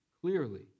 clearly